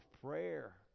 prayer